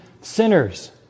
sinners